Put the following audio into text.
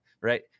right